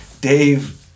Dave